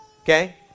okay